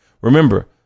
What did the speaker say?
Remember